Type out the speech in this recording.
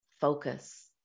focus